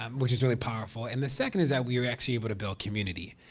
um which is really powerful. and the second is that we are actually able to build community.